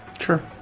Sure